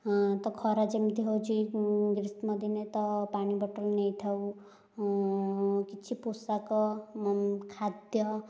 ହଁ ତ ଖରା ଯେମତି ହେଉଛି ଗ୍ରୀଷ୍ମ ଦିନେ ତ ପାଣି ବଟଲ ନେଇଥାଉ କିଛି ପୋଷାକ ଖାଦ୍ୟ